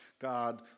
God